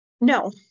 no